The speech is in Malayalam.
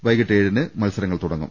വൈകിട്ട് ഏഴിന് മത്സരങ്ങൾ തുടങ്ങും